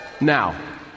Now